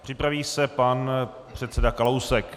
Připraví se pan předseda Kalousek.